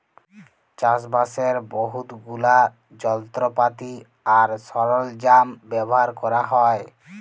চাষবাসের বহুত গুলা যলত্রপাতি আর সরল্জাম ব্যাভার ক্যরা হ্যয়